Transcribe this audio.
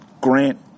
grant